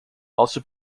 also